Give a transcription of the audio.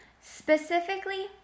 specifically